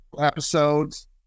episodes